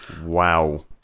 Wow